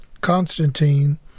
Constantine